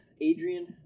Adrian